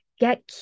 Get